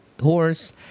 horse